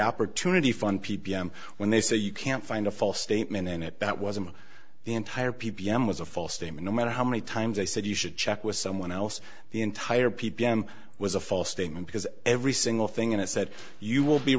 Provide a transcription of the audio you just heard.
m when they say you can't find a false statement in it that wasn't the entire p b m was a false statement no matter how many times they said you should check with someone else the entire p p m was a false statement because every single thing in it said you will be